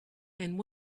and